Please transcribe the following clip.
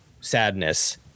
sadness